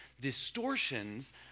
distortions